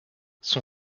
son